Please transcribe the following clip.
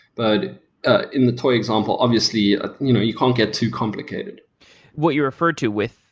but ah in the toy example, obviously ah you know you can't get too complicated what you referred to with,